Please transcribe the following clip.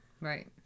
Right